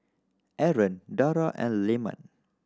Aaron Dara and Leman